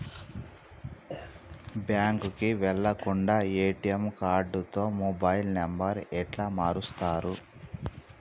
బ్యాంకుకి వెళ్లకుండా ఎ.టి.ఎమ్ కార్డుతో మొబైల్ నంబర్ ఎట్ల మారుస్తరు?